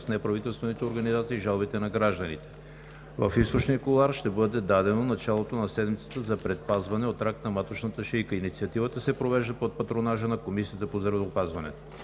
с неправителствените организации и жалбите на гражданите. В източния кулоар ще бъде дадено началото на Седмицата за предпазване от рак на маточната шийка. Инициативата се провежда под патронажа на Комисията по здравеопазване.